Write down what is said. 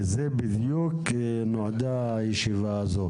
לזה בדיוק נועדה הישיבה הזו.